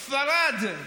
ספרד,